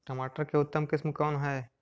टमाटर के उतम किस्म कौन है?